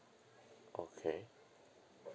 okay